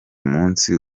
munsi